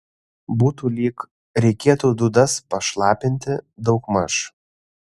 būtų lyg reikėtų dūdas pašlapinti daugmaž